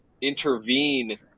intervene